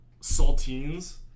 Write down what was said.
saltines